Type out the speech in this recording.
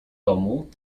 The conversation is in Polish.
domu